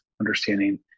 understanding